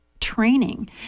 training